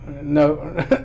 No